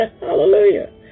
Hallelujah